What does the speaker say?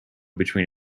between